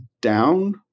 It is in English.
down